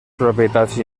propietats